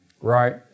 Right